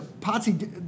Patsy